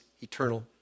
eternal